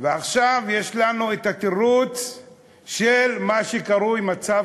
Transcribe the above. ועכשיו יש לנו התירוץ של מה שקרוי מצב